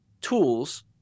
tools